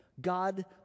God